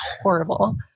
horrible